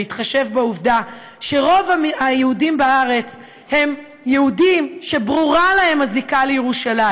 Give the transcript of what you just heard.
בהתחשב בעובדה שרוב היהודים בארץ הם יהודים שברורה להם הזיקה לירושלים,